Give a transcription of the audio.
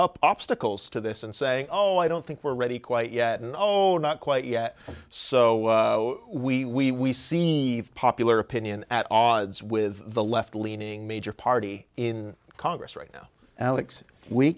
up obstacles to this and say oh i don't think we're ready quite yet and no not quite yet so we see popular opinion at odds with the left leaning major party in congress right now alex we